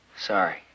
Sorry